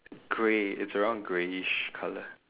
grey it's around greyish color